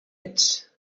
ets